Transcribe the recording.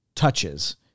touches